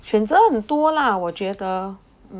选择很多啦我觉得